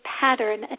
pattern